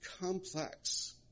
complex